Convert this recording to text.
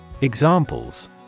Examples